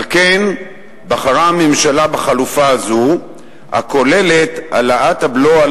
על כן בחרה הממשלה בחלופה הזאת הכוללת את העלאת הבלו על